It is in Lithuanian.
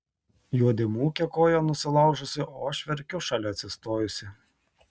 juodė mūkia koją nusilaužusi o aš verkiu šalia atsistojusi